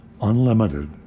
unlimited